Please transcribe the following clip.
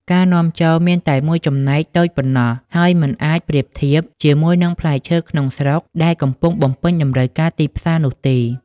ការនាំចូលមានតែមួយចំណែកតូចប៉ុណ្ណោះ ហើយមិនអាចប្រៀបធៀបជាមួយនឹងផ្លែឈើក្នុងស្រុកដែលកំពុងបំពេញតម្រូវការទីផ្សារនោះទេ។